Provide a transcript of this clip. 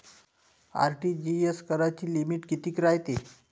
RTGS कराची limit कितीक रायते?